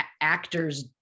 actors